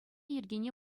йӗркене